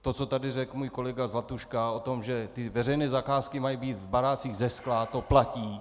To, co tady řekl můj kolega Zlatuška o tom, že veřejné zakázky mají být v barácích ze skla, to platí.